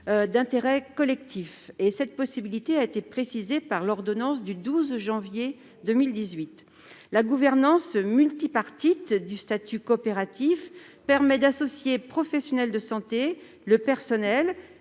d'intérêt collectif (SCIC). Cette possibilité a ensuite été précisée par l'ordonnance du 12 janvier 2018. La gouvernance multipartite du statut coopératif permet d'associer les professionnels de santé, le personnel